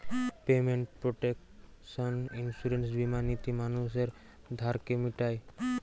payment protection insurance বীমা নীতি মানুষের ধারকে মিটায়